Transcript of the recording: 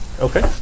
Okay